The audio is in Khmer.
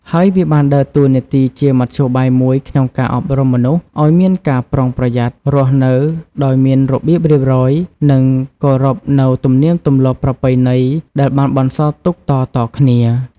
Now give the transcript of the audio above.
ហើយវាបានដើរតួនាទីជាមធ្យោបាយមួយក្នុងការអប់រំមនុស្សឲ្យមានការប្រុងប្រយ័ត្ន រស់នៅដោយមានរបៀបរៀបរយ និងគោរពនូវទំនៀមទម្លាប់ប្រពៃណីដែលបានបន្សល់ទុកតៗគ្នា ។